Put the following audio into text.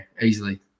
easily